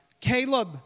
Caleb